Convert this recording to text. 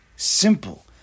Simple